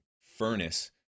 furnace